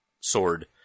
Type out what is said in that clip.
sword